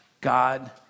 God